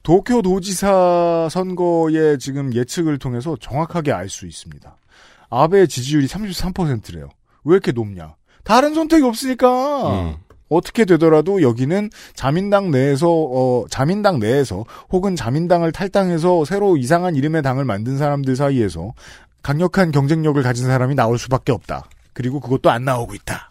도쿄도지사 선거의 지금 예측을 통해서 정확하게 알 수 있습니다. 아베 지지율이 33%래요. 왜 이렇게 높냐? 다른 선택이 없으니까. 음. 어떻게 되더라도 여기는 자민당 내에서, 어, 자민당 내에서 혹은 자민당을 탈당해서 새로 이상한 이름의 당을 만든 사람들 사이에서 강력한 경쟁력을 가진 사람이 나올 수밖에 없다. 그리고 그것도 안 나오고 있다.